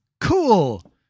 Cool